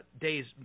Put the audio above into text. days